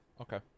okay